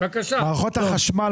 מערכות החשמל,